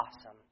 awesome